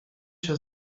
się